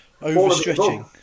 overstretching